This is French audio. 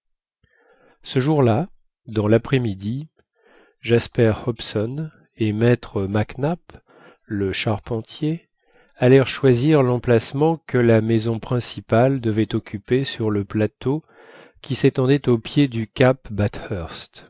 ce jour-là dans l'après-midi jasper hobson et maître mac nap le charpentier allèrent choisir l'emplacement que la maison principale devait occuper sur le plateau qui s'étendait au pied du cap